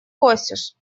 косишь